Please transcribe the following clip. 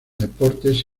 deportes